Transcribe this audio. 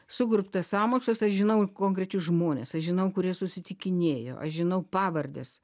sukurptas sąmokslas aš žinau konkrečius žmones aš žinau kurie susitikinėjo aš žinau pavardes